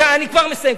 אני כבר מסיים.